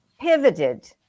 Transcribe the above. pivoted